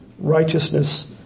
righteousness